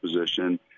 position